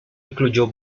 incluyó